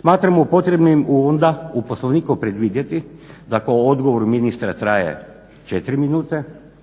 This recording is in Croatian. Smatramo potrebnim onda u Poslovniku predvidjeti, da ko odgovor ministra traje četiri minute,